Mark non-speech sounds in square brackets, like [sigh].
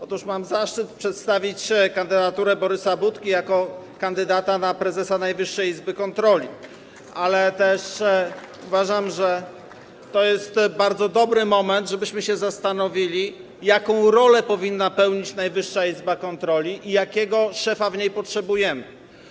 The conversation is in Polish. Otóż mam dzisiaj zaszczyt przedstawić kandydaturę Borysa Budki na prezesa Najwyższej Izby Kontroli, [applause] ale uważam też, że to jest bardzo dobry moment, abyśmy się zastanowili, jaką rolę powinna pełnić Najwyższa Izba Kontroli i jakiego szefa w niej potrzebujemy.